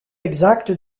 exacte